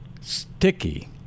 Sticky